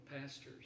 pastors